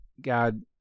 God